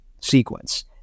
sequence